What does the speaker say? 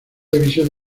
división